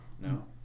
No